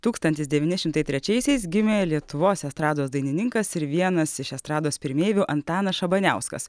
tūkstantis devyni šimtai trečiaisiais gimė lietuvos estrados dainininkas ir vienas iš estrados pirmeivių antanas šabaniauskas